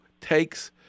takes